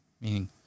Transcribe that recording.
meaning